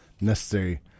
necessary